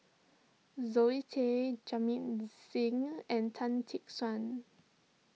Zoe Tay Jamit Singh and Tan Tee Suan